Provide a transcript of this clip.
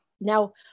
now